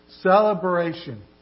celebration